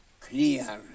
clear